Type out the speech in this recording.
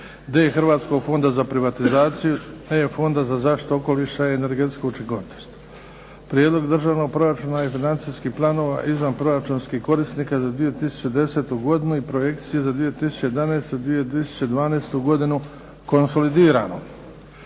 a) Hrvatskog fonda za privatizaciju a) Fonda za zaštitu okoliša i energetsku učinkovitost Prijedlog državnog proračuna i financijskih planova izvanproračunskih korisnika za 2010. godinu i projekcije za 2011. i 2012. godinu (konsolidirano)